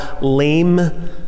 lame